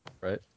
Right